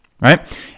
right